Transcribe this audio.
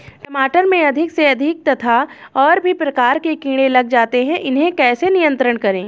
टमाटर में अधिक से अधिक कीट तथा और भी प्रकार के कीड़े लग जाते हैं इन्हें कैसे नियंत्रण करें?